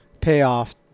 payoff